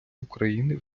україни